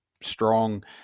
strong